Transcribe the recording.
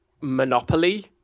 monopoly